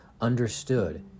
understood